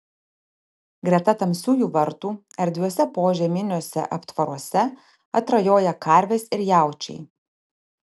greta tamsiųjų vartų erdviuose požeminiuose aptvaruose atrajoja karvės ir jaučiai